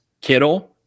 Kittle